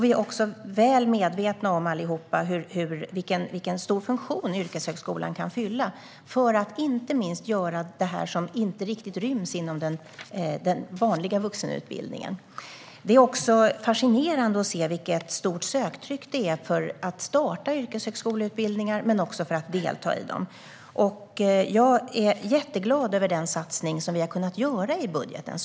Vi är också alla väl medvetna om vilken viktig funktion yrkeshögskolan kan fylla för att inte minst göra det som inte riktigt ryms inom den vanliga vuxenutbildningen. Det är fascinerande att se vilket stort söktryck det är när det gäller att starta yrkeshögskoleutbildningar men också delta i dem. Jag är jätteglad över den satsning vi har kunnat göra i budgeten.